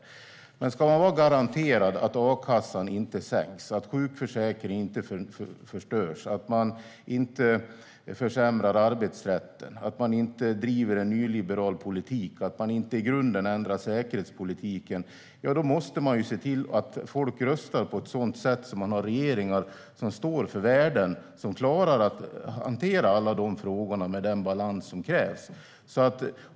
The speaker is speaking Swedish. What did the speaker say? Om man ska vara garanterad att a-kassan inte sänks, att sjukförsäkringen inte förstörs, att arbetsrätten inte försämras, att en nyliberal politik inte drivs och att säkerhetspolitiken inte ändras i grunden måste man se till att folk röstar på ett sådant sätt att man har regeringar som står för värden som klarar att hantera alla dessa frågor med den balans som krävs.